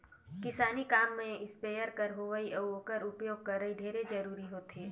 किसानी काम में इस्पेयर कर होवई अउ ओकर उपियोग करई ढेरे जरूरी होथे